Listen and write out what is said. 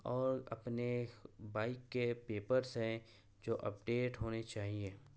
اور اپنے بائک کے پیپرس ہیں جو اپڈیٹ ہونے چاہئیں